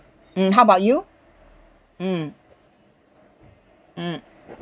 mm how about you mm mm